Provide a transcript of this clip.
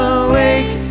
awake